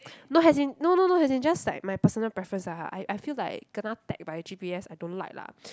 no as in no no no as in just like my personal preference lah I I feel like kena tag by G_P_S I don't like lah